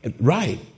Right